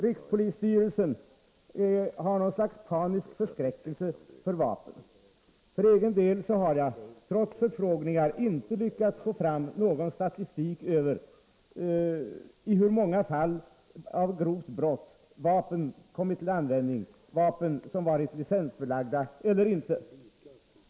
Rikspolisstyrelsen har något slags panisk skräck för vapen. För egen del har jag, trots förfrågningar, inte lyckats få fram någon statistik över i hur många fall av grovt brott vapen använts — vapen som varit licensbelagda eller inte.